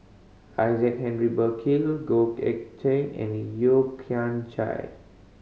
Isaac Henry Burkill Goh Eck Cheng and Yeo Kian Chai